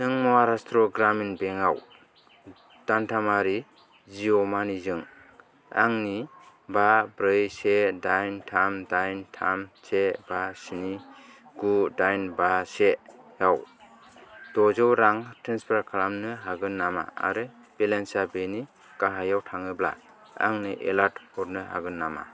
नों महाराष्ट्र ग्रामिन बेंकआव दानथामारि जिअ मानिजों आंनि बा ब्रै से दाइन थाम दाइन थाम से बा स्नि गु दाइन बा सेआव द'जौ रां ट्रेन्सफार खालामनो हागोन नामा आरो बेलेन्सा बेनि गाहायाव थाङोब्ला आंनो एलार्ट हरनो हागोन नामा